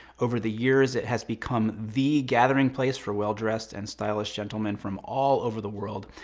over the years it has become the gathering place for well-dressed and stylish gentlemen from all over the world,